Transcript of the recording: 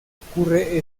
ocurre